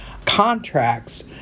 contracts